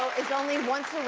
is only once